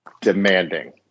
demanding